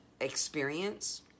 experience